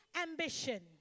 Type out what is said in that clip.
ambition